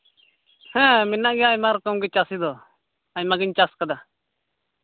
ᱦᱮᱸ ᱢᱮᱱᱟᱜ ᱜᱮᱭᱟ ᱟᱭᱢᱟ ᱨᱚᱠᱚᱢ ᱜᱮ ᱪᱟᱥ ᱫᱚ ᱟᱭᱢᱟ ᱜᱤᱧ ᱪᱟᱥ ᱠᱟᱫᱟ